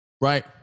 Right